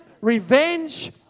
revenge